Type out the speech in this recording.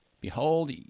Behold